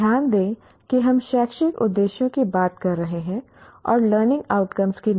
ध्यान दें कि हम शैक्षिक उद्देश्यों की बात कर रहे हैं और लर्निंग आउटकम की नहीं